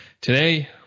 today